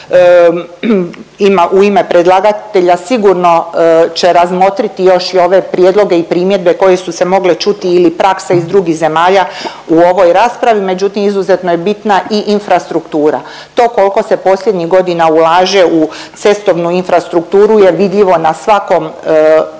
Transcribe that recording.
u ime predlagatelja sigurno će razmotrit još i ove prijedloge i primjedbe koje su se mogle čuti ili prakse iz drugih zemalja u ovoj raspravi. Međutim, izuzetno je bitna i infrastruktura, to kolko se posljednjih godina ulaže u cestovnu infrastrukturu je vidljivo na svakom rekla